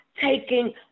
taking